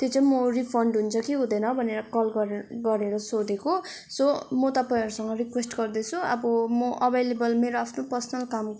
त्यो चाहिँ म रिफन्ड हुन्छ कि हुँदैन भनेर कल गरेर गरेर सोधेको सो म तपाईँहरूसँग रिक्वेस्ट गर्दैछु अब म अभाइलेवल आफ्नो पर्सनल कामको